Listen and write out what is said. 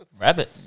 Rabbit